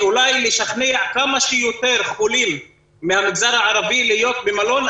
אולי לשכנע כמה שיותר חולים מהמגזר הערבי להיות במלון,